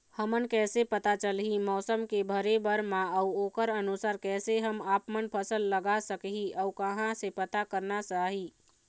हमन कैसे पता चलही मौसम के भरे बर मा अउ ओकर अनुसार कैसे हम आपमन फसल लगा सकही अउ कहां से पता करना चाही?